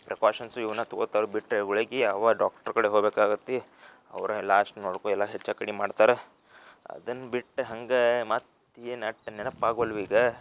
precautions ಇವನ್ನ ತೊಗೋತಾರೆ ಬಿಟ್ಟರೆ ಗುಳಿಗೆ ಅವೇ ಡಾಕ್ಟ್ರ ಕಡೆ ಹೋಬೇಕಾಗತ್ತೆ ಅವರೇ ಲಾಸ್ಟ್ ನೋಡ್ಕೊ ಎಲ್ಲ ಹೆಚ್ಚು ಕಡಿಮೆ ಮಾಡ್ತಾರೆ ಅದನ್ನು ಬಿಟ್ಟು ಹಂಗೆ ಮತ್ತು ಏನೂ ಅಷ್ಟ್ ನೆನ್ಪು ಆಗ್ವಲ್ವು ಈಗ